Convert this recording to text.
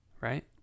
right